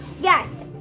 Yes